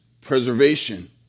preservation